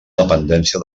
dependència